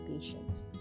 patient